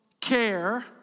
care